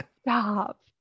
Stop